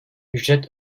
ücret